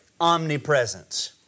omnipresence